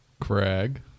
Craig